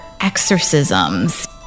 exorcisms